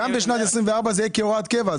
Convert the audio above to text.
גם בשנת 2024 זה יהיה כהוראת קבע.